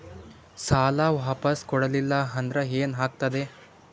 ಸಾಲ ವಾಪಸ್ ಕೊಡಲಿಲ್ಲ ಅಂದ್ರ ಏನ ಆಗ್ತದೆ?